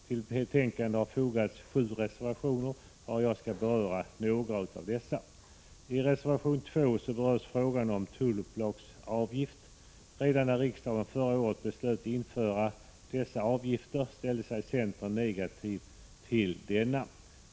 Till betänkandet har fogats sju reservationer varav jag skall beröra några. I reservation 2 berörs frågan om tullupplagsavgift. Redan när riksdagen förra året beslöt införa denna avgift ställde sig centerpartiet negativt till denna.